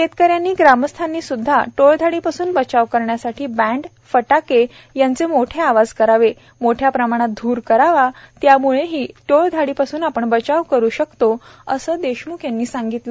शेतकऱ्यांनी ग्रामस्थांनी सुद्धा टोळधाडपासून बचाव करण्यासाठी बँड फटाके यांचे मोठे आवाज करावेत मोठ्या प्रमाणात धूर करावा त्यामुळेही टोळधाडीपासून आपण बचाव करू शकतो असे देशमुख म्हणाले